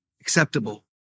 acceptable